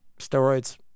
steroids